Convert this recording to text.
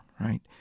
right